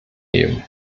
leben